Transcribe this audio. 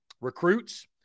recruits